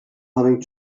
having